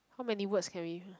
how many words can we